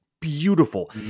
beautiful